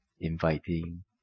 inviting